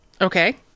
okay